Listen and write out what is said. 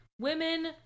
women